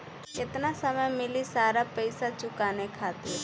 केतना समय मिली सारा पेईसा चुकाने खातिर?